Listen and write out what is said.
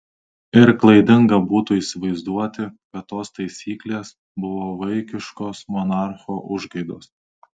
ir klaidinga būtų įsivaizduoti kad tos taisyklės buvo vaikiškos monarcho užgaidos